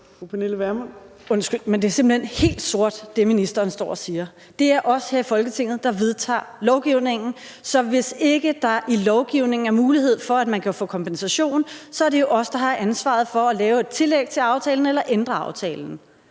er simpelt hen helt sort. Det er os her i Folketinget, der vedtager lovgivningen, så hvis ikke der i lovgivningen er mulighed for, at man kan få kompensation, så er det jo os, der har ansvaret for at lave et tillæg til aftalen eller ændre aftalen.